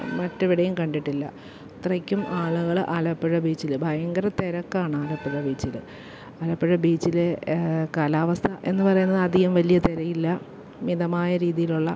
മറ്റെവിടെയും കണ്ടിട്ടില്ല അത്രയ്ക്കും ആളുകൾ ആലപ്പുഴ ബീച്ചിൽ ഭയങ്കര തിരക്കാണ് ആലപ്പുഴ ബീച്ചിൽ ആലപ്പുഴ ബീച്ചിലെ കാലാവസ്ഥ എന്നുപറയുന്നത് അധികം വലിയ തിരയില്ല മിതമായ രീതിയിലുള്ള